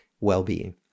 well-being